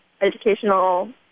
educational